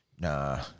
Nah